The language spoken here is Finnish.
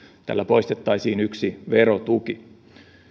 tällä poistettaisiin yksi verotuki